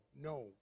no